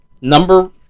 number